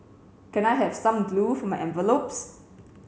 can I have some glue for my envelopes